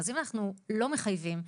אז אם אנחנו לא מחייבים,